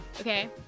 Okay